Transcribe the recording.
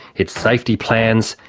its safety plans,